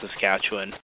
Saskatchewan